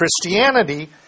Christianity